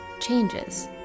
changes